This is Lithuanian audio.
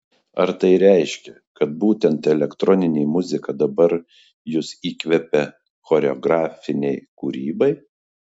ar tai reiškia kad būtent elektroninė muzika dabar jus įkvepia choreografinei kūrybai